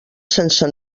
sense